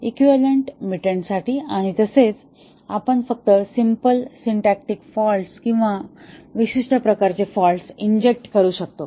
equivalent mutant साठी आणि तसेच आपण फक्त सिम्पल सिंटॅक्टिक फॉल्टस आणि विशिष्ट प्रकारचे फॉल्टस इंजेक्ट करू शकतो